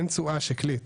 אין תשואה שקלית,